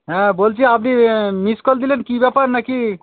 হ্যাঁ বলছি আপনি মিসড কল দিলেন কী ব্যাপার না কি